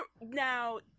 now